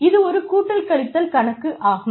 இது ஒரு கூட்டல் கழித்தல் கணக்கு ஆகும்